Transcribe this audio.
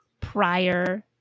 prior